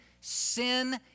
sin